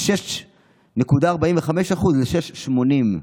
מ-6.45% ל-6.80%.